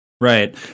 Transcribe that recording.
right